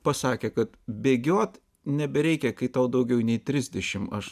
pasakė kad bėgiot nebereikia kai tau daugiau nei trisdešim aš